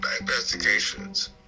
investigations